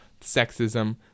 sexism